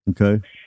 Okay